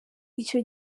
icyo